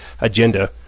agenda